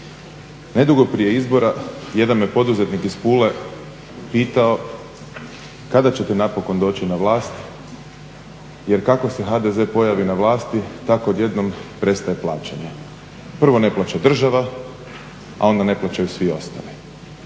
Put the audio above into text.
Nedugo prije izbora jedan me poduzetnik iz Pule pitao kada ćete napokon doći na vlast, jer kako se HDZ pojavi na vlasti tako odjednom prestaje plaćanje. Prvo ne plaća država, a onda ne plaćaju svi ostali.